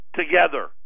together